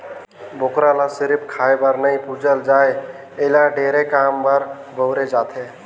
बोकरा ल सिरिफ खाए बर नइ पूजल जाए एला ढेरे काम बर बउरे जाथे